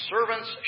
servants